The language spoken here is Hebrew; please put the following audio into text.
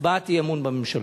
הצבעת אי-אמון בממשלה.